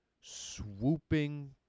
swooping